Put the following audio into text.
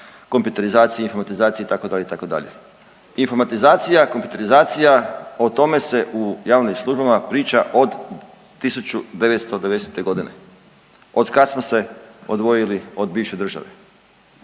kompjuterizaciji, informatizaciji itd., itd.. Informatizacija i kompjuterizacija o tome se u javnim službama priča od 1990.g., otkad smo se odvojili od bivše države,